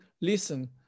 listen